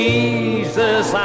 Jesus